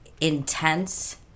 intense